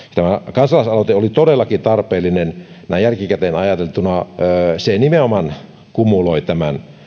kansalaisaloite oli todellakin tarpeellinen näin jälkikäteen ajateltuna se nimenomaan kumuloi tämän